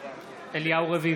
אליהו רביבו,